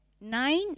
Nine